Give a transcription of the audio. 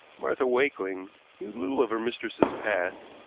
martha wakeling knew little of her mistress's past,